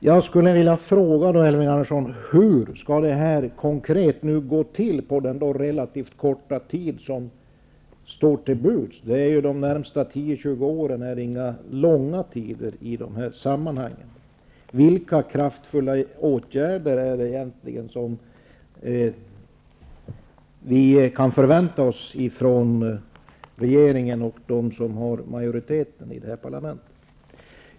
Jag skulle vilja fråga Elving Andersson: Hur skall detta konkret gå till på den relativt korta tid som står till buds? I dessa sammanhang är inte 20 år någon lång tid. Vilka kraftfulla åtgärder kan vi egentligen förvänta oss från regeringen och från de partier som har majoritet i detta parlament?